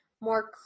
more